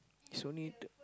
it's only